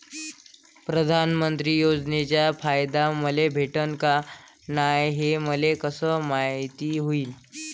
प्रधानमंत्री योजनेचा फायदा मले भेटनं का नाय, हे मले कस मायती होईन?